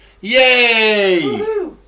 Yay